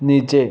नीचे